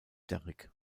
derrick